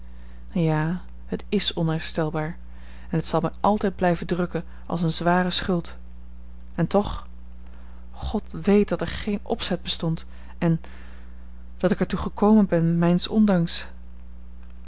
ja t is onherstelbaar en t zal mij altijd blijven drukken als eene zware schuld en toch god weet dat er geen opzet bestond en dat ik er toe gekomen ben mijns ondanks